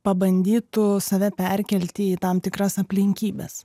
pabandytų save perkelti į tam tikras aplinkybes